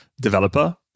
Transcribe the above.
developer